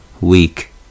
weak